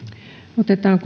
otetaan